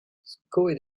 skoet